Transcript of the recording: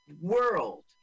world